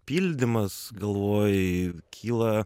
pildymas galvoj kyla